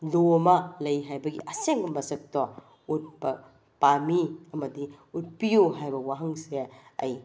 ꯂꯣ ꯑꯃ ꯂꯩ ꯍꯥꯏꯕꯒꯤ ꯑꯁꯦꯡꯕ ꯃꯁꯛꯇꯣ ꯎꯠꯄ ꯄꯥꯝꯃꯤ ꯑꯃꯗꯤ ꯎꯠꯄꯤꯌꯨ ꯍꯥꯏꯕ ꯋꯥꯍꯪꯁꯦ ꯑꯩ